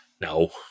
No